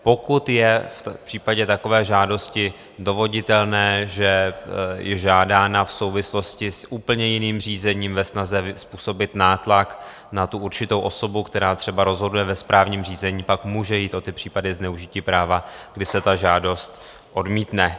Pokud je v případě takové žádosti dovoditelné, že je žádána v souvislosti s úplně jiným řízením ve snaze způsobit nátlak na určitou osobu, která třeba rozhoduje ve správním řízení, pak může jít o případy zneužití práva, kdy se ta žádost odmítne.